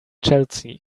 chelsea